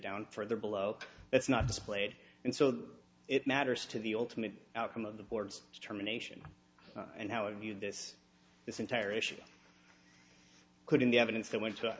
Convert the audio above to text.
down further below that's not displayed and so it matters to the ultimate outcome of the board's determination and how if you this this entire issue could in the evidence that went t